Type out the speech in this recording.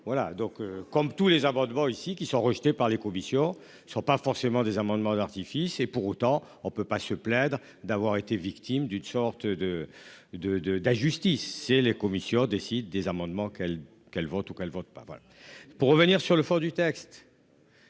Voilà donc comme tous les amendements ici qui sont rejetés par les conditions sont pas forcément des amendements d'artifice et pour autant on ne peut pas se plaindre d'avoir été victime d'une sorte de de de d'injustice et les commissions décide des amendements qu'elle qu'elle va en tout cas elle vote pas voilà. Pour revenir sur le fond du texte.